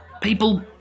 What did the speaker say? People